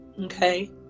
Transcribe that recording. Okay